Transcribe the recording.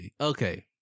okay